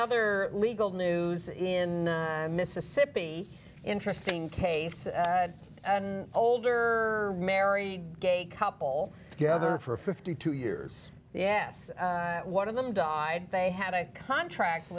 other legal news in mississippi interesting case an older married gay couple together for fifty two years yes one of them died they had a contract